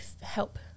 help